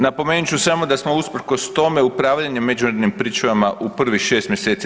Napomenut ću samo da smo usprkos tome upravljanjem međunarodnim pričuvama u prvih 6 mj.